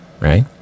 right